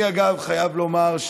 אני אגב חייב לומר,